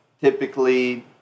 typically